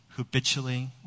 Habitually